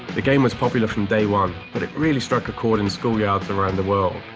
the game was popular from day one, but it really struck a chord in schoolyards around the world.